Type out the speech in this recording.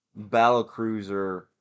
Battlecruiser